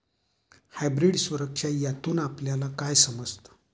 Hybrid सुरक्षा यातून आपल्याला काय समजतं?